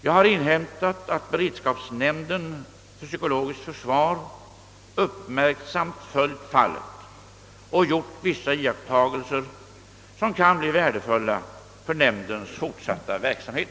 Jag har inhämtat, att beredskapsnämnden för psykologiskt försvar uppmärksamt följt fallet och gjort vissa iakttagelser, som kan bli värdefulla för nämndens fortsatta verksamhet.